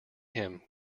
him